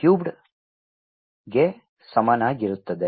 ಟ್ಯೂಬ್ಗೆ ಸಮಾನವಾಗಿರುತ್ತದೆ